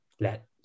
let